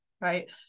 right